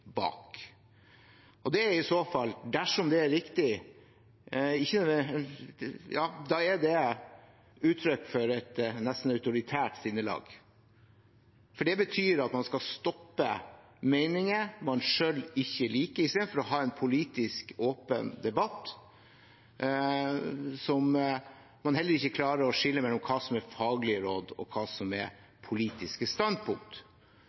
bak. Det er i så fall, dersom det er riktig, et uttrykk for et nesten autoritært sinnelag, for det betyr at man skal stoppe meninger man selv ikke liker, istedenfor å ha en politisk åpen debatt, og der man heller ikke klarer å skille mellom hva som er faglige råd og hva som er politiske standpunkt.